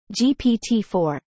GPT-4